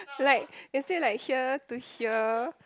like is it like here to here